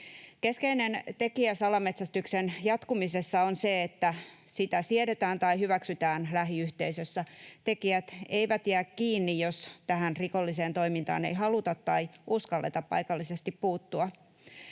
Keskeinen tekijä salametsästyksen jatkumisessa on se, että sitä siedetään tai hyväksytään lähiyhteisössä. Tekijät eivät jää kiinni, jos tähän rikolliseen toimintaan ei haluta tai uskalleta paikallisesti puuttua.